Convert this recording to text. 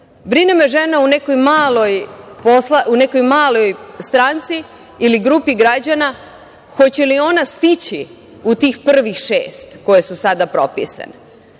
brine me žena u nekoj maloj stranci ili grupi građana, da li će ona stići u tih prvih šest koje su sada propisane. Pa,